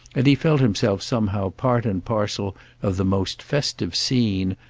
and he felt himself somehow part and parcel of the most festive scene,